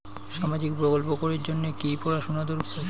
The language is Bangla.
সামাজিক প্রকল্প করির জন্যে কি পড়াশুনা দরকার?